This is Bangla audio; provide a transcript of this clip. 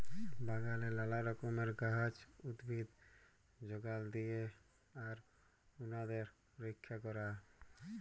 বাগালে লালা রকমের গাহাচ, উদ্ভিদ যগাল দিয়া আর উনাদের রইক্ষা ক্যরা